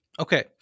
Okay